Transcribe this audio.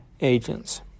agents